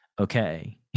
okay